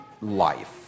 life